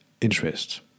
interest